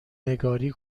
نگاری